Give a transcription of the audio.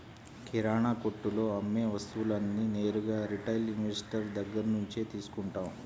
కిరణాకొట్టులో అమ్మే వస్తువులన్నీ నేరుగా రిటైల్ ఇన్వెస్టర్ దగ్గర్నుంచే తీసుకుంటాం